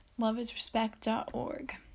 loveisrespect.org